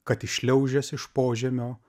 kad iššliaužęs iš požemio